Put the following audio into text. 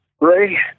Ray